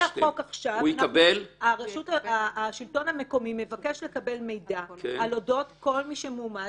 לפי החוק עכשיו השלטון המקומי יבקש לקבל מידע אודות כל מי שמועמד